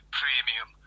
premium